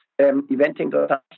eventing